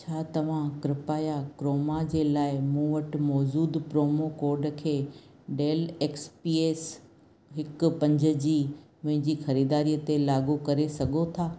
छा तव्हां कृपया क्रोमा जे लाइ मूं वटि मौजूदु प्रोमो कोड खे डेल एक्स पी एस हिकु पंज जी मुंहिंजी ख़रीदारी ते लागू करे सघो था